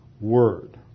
Word